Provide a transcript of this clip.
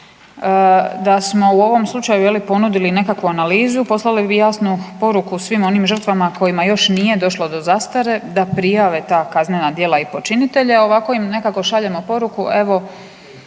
Da smo u ovom slučaju ponudili nekakvu analizu, poslali bi jasnu poruku svim onim žrtvama kojima još nije došlo do zastare da prijave ta kaznena djela i počinitelje, a ovako im nekako šaljemo poruku,